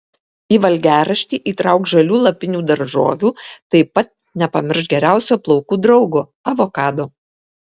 į valgiaraštį įtrauk žalių lapinių daržovių taip pat nepamiršk geriausio plaukų draugo avokado